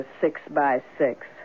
Six-by-Six